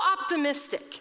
optimistic